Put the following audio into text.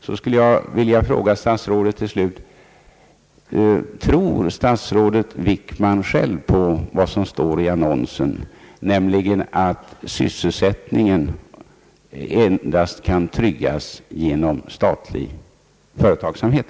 Dessutom vill jag fråga om statsrådet Wickman själv tror på vad som står i den där annonsen, nämligen att sysselsättningen endast kan tryggas genom statlig företagsamhet.